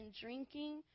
drinking